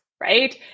Right